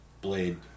blade